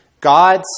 God's